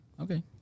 Okay